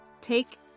take